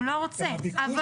אבל